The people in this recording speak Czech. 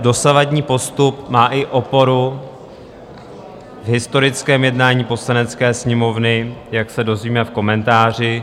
Dosavadní postup má i oporu v historickém jednání Poslanecké sněmovny, jak se dozvíme v komentáři.